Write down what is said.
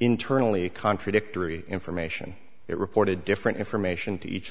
internally contradictory information it reported different information to each of